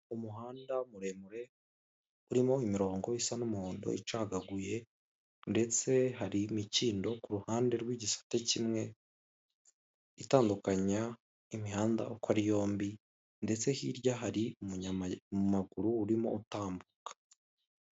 Umuhanda muremure urimo imirongo isa n'umuhondo icagaguye ndetse hari imikindo kuruhande rw'igisate kimwe, itandukanya imihanda uko ari yombi ndetse hirya hari umunyamaguru urimo utambuka.